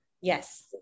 Yes